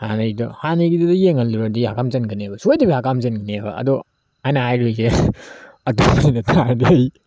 ꯍꯥꯟꯅꯩꯗꯣ ꯍꯥꯟꯅꯒꯤꯗꯨꯗ ꯌꯦꯡꯍꯜꯂꯨꯔꯗꯤ ꯍꯥꯀꯥꯝ ꯆꯟꯒꯅꯦꯒ ꯁꯣꯏꯗꯕꯤ ꯍꯥꯀꯥꯝ ꯆꯟꯒꯅꯦꯕ ꯑꯗꯣ ꯑꯩꯅ ꯍꯥꯏꯔꯨꯏꯁꯦ ꯑꯇꯣꯞꯄ ꯁꯤꯡꯅ ꯇꯥꯔꯗꯤ ꯑꯩ